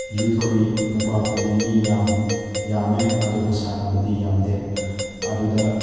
ꯌꯨꯠꯈꯣꯏ ꯅꯨꯄꯥꯈꯣꯏꯗꯤ ꯃꯤ ꯌꯥꯝ ꯌꯥꯝꯃꯦ ꯑꯗꯨꯕꯨ ꯁꯥꯟꯅꯕꯗꯤ ꯌꯥꯝꯗꯦ ꯑꯗꯨꯗ